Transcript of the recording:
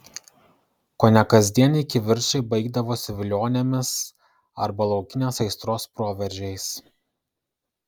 kone kasdieniai kivirčai baigdavosi vilionėmis arba laukinės aistros proveržiais